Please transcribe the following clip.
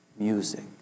Music